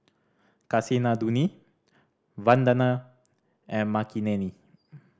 Kasinadhuni Vandana and Makineni